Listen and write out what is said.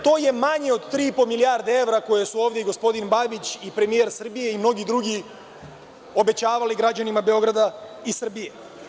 To je manje od 3,5 milijardi evra koje su ovde gospodin Babić i premijer Srbije i mnogi drugi obećavali građanima Beograda i Srbije.